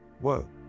Whoa